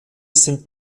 sind